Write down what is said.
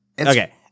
Okay